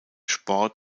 sport